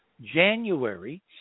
January